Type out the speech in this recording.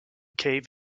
cave